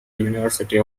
university